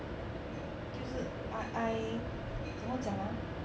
就是 I I 怎么讲啊